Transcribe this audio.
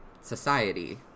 society